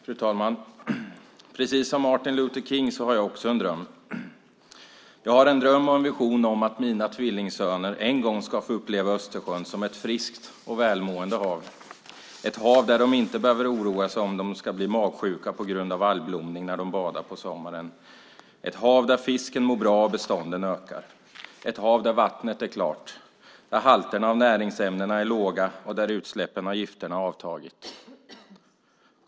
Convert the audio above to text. Fru talman! Precis som Martin Luther King har jag en dröm. Jag har en dröm och en vision om att mina tvillingsöner en gång ska få uppleva Östersjön som ett friskt och välmående hav, ett hav där de inte behöver oroa sig för om de ska bli magsjuka på grund av algblomning när de badar på sommaren, ett hav där fisken mår bra och bestånden ökar, ett hav där vattnet är klart, där halterna av näringsämnen är låga och där utsläppen av gifter avtagit.